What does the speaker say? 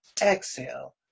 Exhale